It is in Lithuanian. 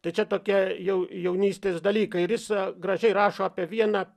tai čia tokie jau jaunystės dalykai ir jis gražiai rašo apie vieną